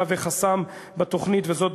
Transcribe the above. מהווה חסם בתוכנית וזאת,